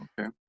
Okay